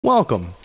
Welcome